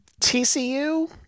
TCU